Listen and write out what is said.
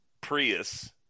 Prius